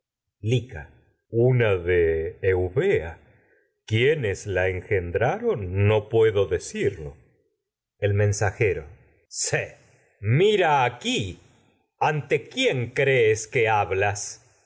una de eubea quienes la engendraron no puedo decirlo el mensajero ce mira aquí ante quién crees que hablas